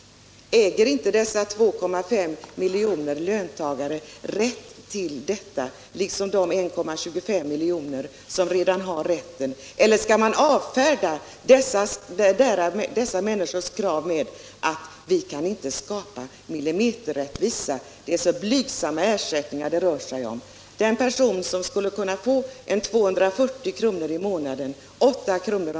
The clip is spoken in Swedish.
Äger inte dessa 2,5 miljoner löntagare rätt till ersättning 43 på samma sätt som de 1,25 miljonerna har haft hittills? Eller skall man avfärda dessa människors krav med tal om att vi inte kan skapa millimeterrättvisa, och att det är så blygsamma ersättningar det här rör sig om? Den person som kan få 240 kr. i månaden, dvs. 8 kr.